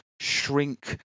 shrink